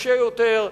נוקשה יותר,